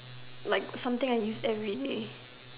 like something I use everyday